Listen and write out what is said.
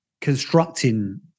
constructing